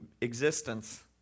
existence